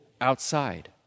outside